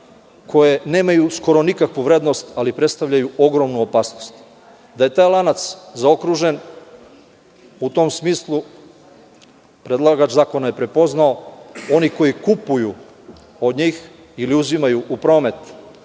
koje nemaju skoro nikakvu vrednost ali predstavljaju ogromnu opasnost. Da je taj lanac zaokružen u tom smislu predlagač zakona je to prepoznao. Oni koji kupuju od njih ili uzimaju u promet